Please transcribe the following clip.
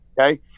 okay